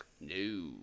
No